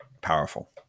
powerful